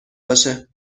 باشه